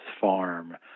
farm